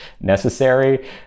necessary